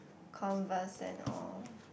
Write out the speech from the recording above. converse and all